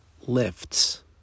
lifts